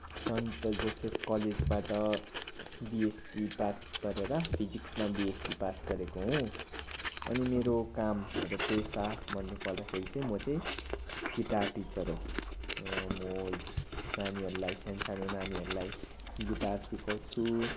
सन्त Joseph कलेजबाट BSc pass गरेर फिजिक्समा बिएससी पास गरेको हुँ अनि मेरो काम मेरो पेसा भन्नु पर्दाखेरि चाहिँ म चाहिँ गिटार टिचर हो म नानीहरूलाई सानो सानो नानीहरूलाई गिटार सिकाउँछु